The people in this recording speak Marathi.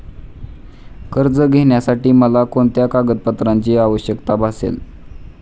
कर्ज घेण्यासाठी मला कोणत्या कागदपत्रांची आवश्यकता भासेल?